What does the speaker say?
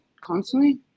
constantly